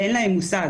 ואין להם מושג.